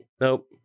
nope